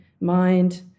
mind